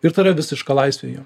ir tai yra visiška laisvė jo